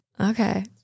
okay